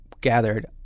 gathered